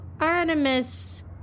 Artemis